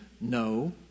No